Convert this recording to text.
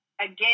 again